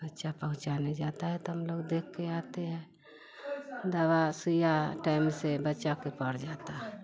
बच्चा पहुँचाने जाता है तो हम लोग देख कर आते हैं दवा सुइया टाइम से बच्चा के पड़ जाता है